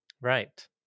Right